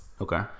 Okay